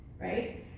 right